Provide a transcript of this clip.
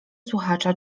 słuchacza